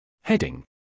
Heading